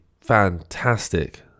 fantastic